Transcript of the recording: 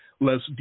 less